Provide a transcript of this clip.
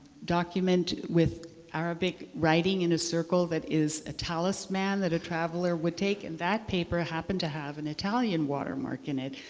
document with arabic writing in a circle that is a talisman that a traveler would take. and that paper happened to have an italian watermark in it,